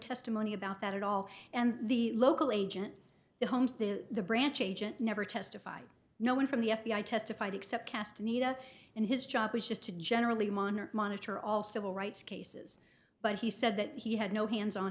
testimony about that at all and the local agent in holmes the branch agent never testified no one from the f b i testified except cast media and his job was just to generally minor monitor all civil rights cases but he said that he had no hands on